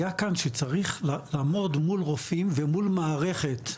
הנושא שכבר שיפרו כבר ובאמת קידמו מאוד בשנים האחרונות,